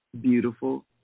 beautiful